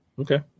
Okay